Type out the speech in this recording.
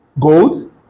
gold